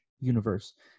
universe